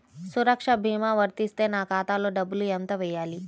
సురక్ష భీమా వర్తిస్తే నా ఖాతాలో డబ్బులు ఎంత వేయాలి?